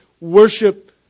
worship